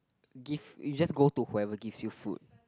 give you just go to whoever gives you food